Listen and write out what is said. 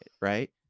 right